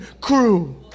crew